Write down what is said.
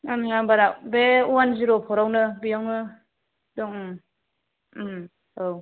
आंनि नामबारा बे अवान जिर' परावनो बेयावनो दं ओं औ